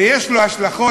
ויש לו השלכות,